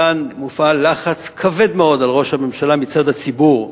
כאן מופעל לחץ כבד מאוד על ראש הממשלה מצד הציבור,